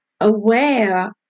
aware